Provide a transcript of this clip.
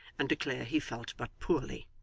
and declare he felt but poorly.